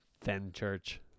Fenchurch